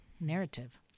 narrative